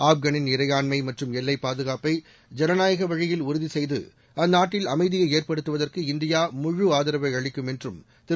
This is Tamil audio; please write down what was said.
ஆப்கானின் இறையாண்மை மற்றும் எல்லைப் பாதுகாப்பை ஜனநாயக வழியில் உறுதி செய்து அந்நாட்டில் அமைதியை ஏற்படுத்துவதற்கு இந்தியா முழு ஆதரவை அளிக்கும் என்றும் திரு